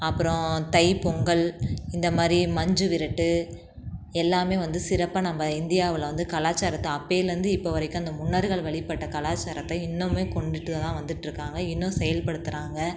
அப்புறம் தைப்பொங்கல் இந்த மாதிரி மஞ்சு விரட்டு எல்லாமே வந்து சிறப்பாக நம்ப இந்தியாவில் வந்து கலாச்சாரத்தை அப்போயிலேருந்து இப்போ வரைக்கும் அந்த முன்னோர்கள் வழிபட்ட கலாச்சாரத்தை இன்னுமே கொண்டுட்டு தான் வந்திட்ருக்காங்க இன்னும் செயல்படுத்துறாங்க